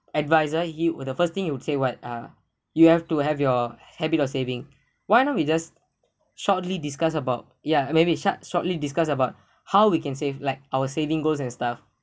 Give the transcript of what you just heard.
advisor he'll the first thing he would say what ah you have to have your habit of saving why not we just shortly discuss about ya maybe short shortly discussed about how we can save like our saving goals and stuff